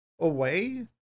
away